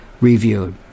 reviewed